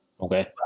Okay